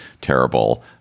terrible